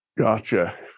Gotcha